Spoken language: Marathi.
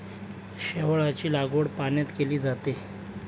शेवाळाची लागवड पाण्यात केली जाते